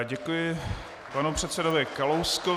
Děkuji panu předsedovi Kalouskovi.